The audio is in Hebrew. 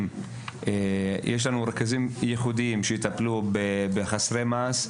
ומענים באמצעות מדריכים ייעודיים לחסרי מעש,